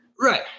Right